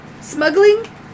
smuggling